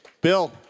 Bill